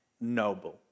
noble